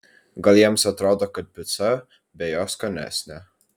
gal jiems atrodo kad pica be jo skanesnė